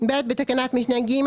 בתקנת משנה (ג),